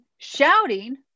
shouting